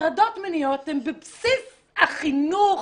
הטרדות מיניות הן בבסיס החינוך